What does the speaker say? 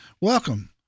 welcome